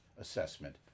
assessment